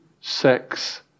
sex